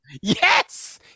Yes